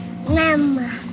Mama